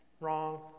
Wrong